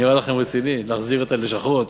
נראה לכם רציני, להחזיר את הלשכות,